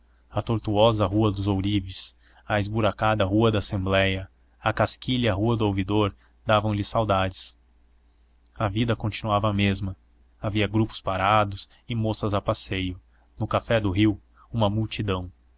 a tortuosa rua dos ourives a esburacada rua da assembléia a casquilha rua do ouvidor davam-lhe saudades a vida continuava a mesma havia grupos parados e moças a passeio no café do rio uma multidão